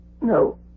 No